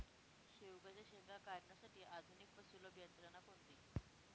शेवग्याच्या शेंगा काढण्यासाठी आधुनिक व सुलभ यंत्रणा कोणती?